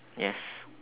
yes